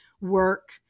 work